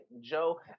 Joe